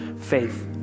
faith